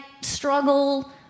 struggle